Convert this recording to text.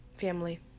family